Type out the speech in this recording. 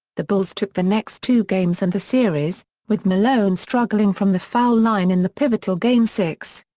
the bulls took the next two games and the series, with malone struggling from the foul line in the pivotal game six.